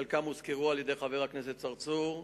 חלקם הוזכרו על-ידי חבר הכנסת צרצור,